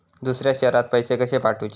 दुसऱ्या शहरात पैसे कसे पाठवूचे?